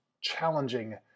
challenging